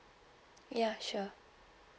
ya sure